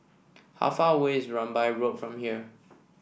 how far away is Rambai Road from here